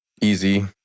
easy